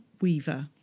Weaver